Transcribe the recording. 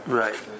right